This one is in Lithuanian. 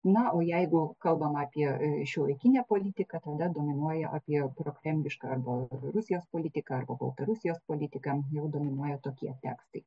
na o jeigu kalbama apie šiuolaikinę politiką tada dominuoja apie prokremlišką arba rusijos politiką arba baltarusijos politiką jau dominuoja tokie tekstai